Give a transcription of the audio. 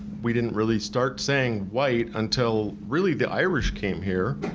we didn't really start saying white until really the irish came here,